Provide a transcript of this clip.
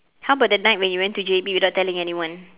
how about the night when you went to J_B without telling anyone